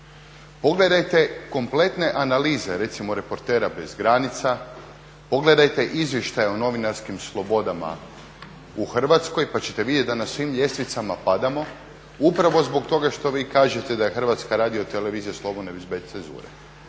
Pogledajte kompletne analize recimo Reportera bez granica, pogledajte izvještaj o novinarskim slobodama u Hrvatskoj pa ćete vidjet da na svim ljestvicama padamo upravo zbog toga što vi kažete da je HRT slobodna i bez cenzure.